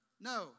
No